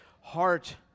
heart